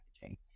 packaging